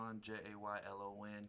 J-A-Y-L-O-N